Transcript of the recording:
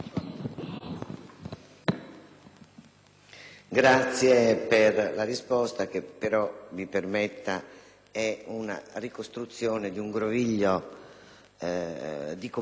ringrazio per la risposta che però, mi permetta, è una ricostruzione di un groviglio di competenze